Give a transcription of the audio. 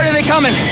they coming?